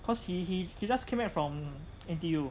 cause he he he just came back from N_T_U